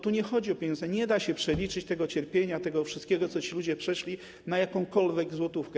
Tu nie chodzi o pieniądze, bo nie da się przeliczyć tego cierpienia, tego wszystkiego, co ci ludzie przeszli, na jakąkolwiek złotówkę.